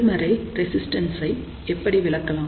எதிர்மறை ரெசிஸ்டன்ஸ் ஐ எப்படி விளக்கலாம்